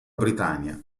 britannia